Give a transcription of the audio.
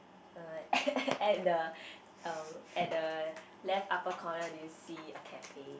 I'm like at the um at the left upper corner did you see a cafe